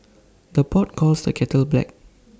the pot calls the kettle black